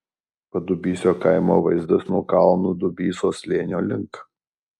padubysio kaimo vaizdas nuo kalno dubysos slėnio link